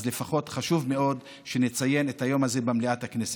אז לפחות חשוב מאוד שנציין את היום הזה במליאת הכנסת.